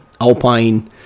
alpine